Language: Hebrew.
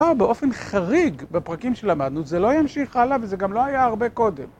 באופן חריג בפרקים שלמדנו, זה לא ימשיך הלאה וזה גם לא היה הרבה קודם.